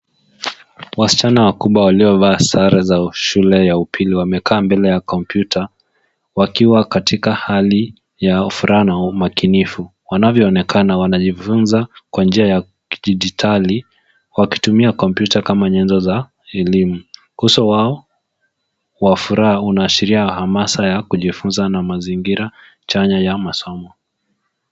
Wasichana wakubwa waliovaa sare za shule ya upili wamekaa mbele ya kompyuta wakiwa katika hali ya furaha na umakinifu. Wanavyoonekana wanajifunza kwa njia ya kidijitali wakitumia kompyuta kama nyenzo za elimu. Uso wao wa furaha unaashiria hamasa ya kujifunza na mazingira chanya ya masomo.